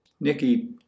Nicky